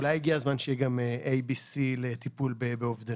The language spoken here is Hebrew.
אולי הגיע הזמן שיהיה גם ABC לטיפול באובדנות.